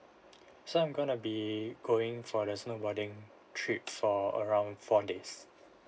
some I'm going to be going for the snowboarding trip for around four days